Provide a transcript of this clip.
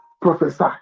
Prophesy